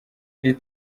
iri